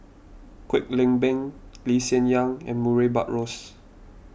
Kwek Leng Beng Lee Hsien Yang and Murray Buttrose